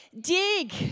dig